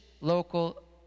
local